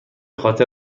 خاطر